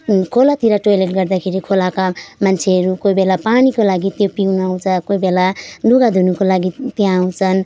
खोलातिर टोइलेट गर्दाखेरि खोलाका मान्छेहरू कोही बेला पानीको लागि त्यहाँ पिउनु आउँछ कोही बेला लुगा धुनका लागि त्यहाँ आउँछन्